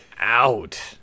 out